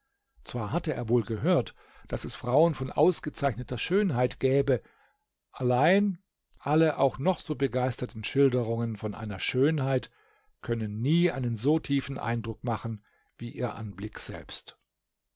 zwar hatte er wohl gehört daß es frauen von ausgezeichneter schönheit gebe allein alle auch noch so begeisterten schilderungen von einer schönheit können nie einen so tiefen eindruck machen wie ihr anblick selbst